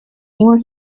more